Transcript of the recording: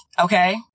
Okay